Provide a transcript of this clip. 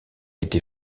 été